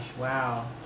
Wow